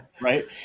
right